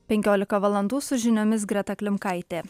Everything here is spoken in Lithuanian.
penkiolika valandų su žiniomis greta klimkaitė